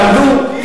לעוות את ההיסטוריה.